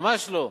ממש לא,